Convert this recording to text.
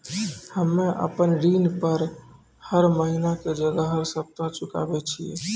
हम्मे आपन ऋण हर महीना के जगह हर सप्ताह चुकाबै छिये